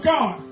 God